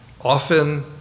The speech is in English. often